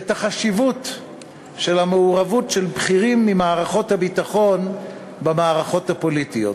את החשיבות של המעורבות של בכירים ממערכות הביטחון במערכות הפוליטיות.